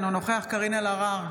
אינו נוכח קארין אלהרר,